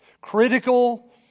Critical